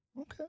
Okay